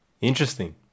Interesting